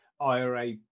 IRA